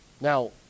Now